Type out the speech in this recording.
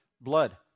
blood